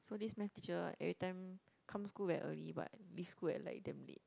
so this Math teacher every time come school very early but leave school at like damn late